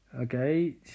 okay